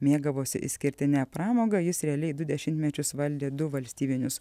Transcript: mėgavosi išskirtine pramoga jis realiai du dešimtmečius valdė du valstybinius